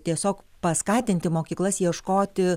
tiesiog paskatinti mokyklas ieškoti